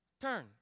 Turn